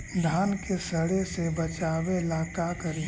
धान के सड़े से बचाबे ला का करि?